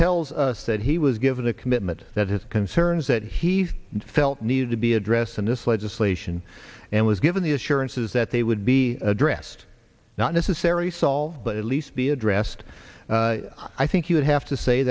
tells us that he was given a commitment that his concerns that he felt needed to be addressed in this legislation and was given the assurances that they would be addressed not necessarily solved but at least be addressed i think you would have to say